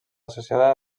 associada